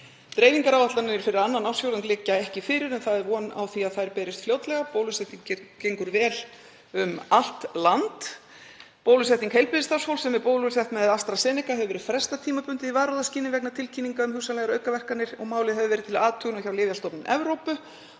Dreifingaráætlanir fyrir annan ársfjórðung liggja ekki fyrir en það er von á því að þær berist fljótlega. Bólusetning gengur vel um allt land. Bólusetningu heilbrigðisstarfsfólks sem er bólusett með AstraZeneca hefur verið frestað tímabundið í varúðarskyni vegna tilkynninga um hugsanlegar aukaverkanir. Málið hefur verið til athugunar hjá Lyfjastofnun Evrópu